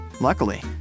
Luckily